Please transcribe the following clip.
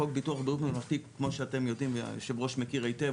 חוק ביטוח בריאות ממלכתי כמו שאתם יודעים והיושב-ראש מכיר היטב,